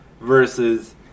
versus